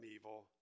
evil